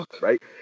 Right